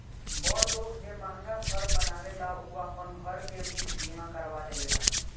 बड़ लोग जे महंगा घर बनावेला उ आपन घर के भी बीमा करवा लेवेला